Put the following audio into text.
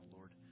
Lord